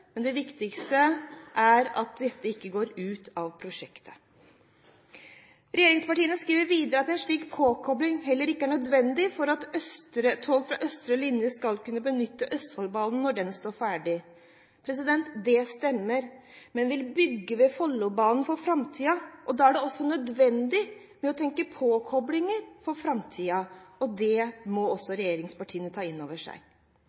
men det viktigste er at dette ikke går ut av prosjektet. Regjeringspartiene skriver videre at en slik påkobling heller ikke er nødvendig for at tog fra østre linje skal kunne benytte Østfoldbanen når den står ferdig. Det stemmer, men vi bygger Follobanen for framtiden, og da er det også nødvendig å tenke påkoblinger for framtiden. Det må også regjeringspartiene ta inn over seg.